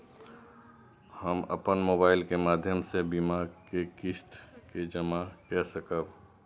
हम अपन मोबाइल के माध्यम से बीमा के किस्त के जमा कै सकब?